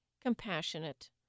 compassionate